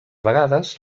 vegades